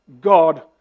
God